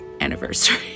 anniversary